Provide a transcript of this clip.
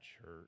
church